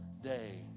day